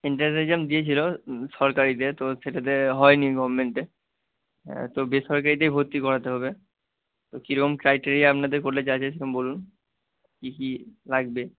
entrance exam দিয়েছিলো সরকারিতে তো সেটাতে হয়নি গভমেন্টে তো বেসরকারিতেই ভর্তি করাতে হবে তো কীরকম ক্রাইটেরিয়া আপনাদের কলেজে আছে সেরকম বলুন কী কী লাগবে